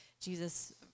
Jesus